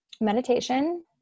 meditation